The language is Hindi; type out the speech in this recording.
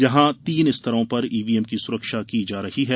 जहां तीन स्तरों पर ईवीएम की सुरक्षा की जा रही है